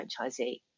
franchisee